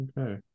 okay